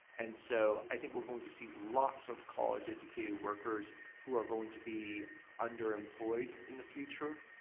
and so i think we're going to see lots of college educated workers who are going to be underemployed in the future.